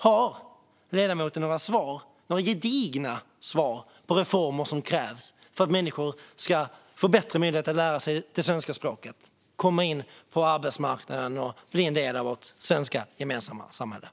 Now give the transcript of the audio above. Har ledamoten några gedigna svar på reformer som krävs för att människor ska få bättre möjlighet att lära sig svenska språket och komma in på arbetsmarknaden och bli en del av vårt svenska gemensamma samhälle?